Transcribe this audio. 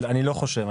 אני לא חושב.